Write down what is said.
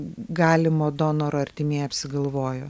galimo donoro artimieji apsigalvojo